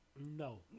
No